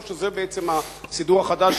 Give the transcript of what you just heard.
או שזה בעצם הסידור החדש,